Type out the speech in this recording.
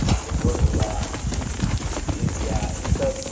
जैसे ढोल हुआ पिपही हुआ ये सब